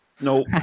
no